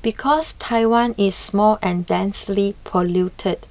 because Taiwan is small and densely populated